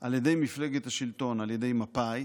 על ידי מפלגת השלטון, על ידי מפא"י,